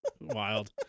Wild